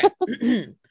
okay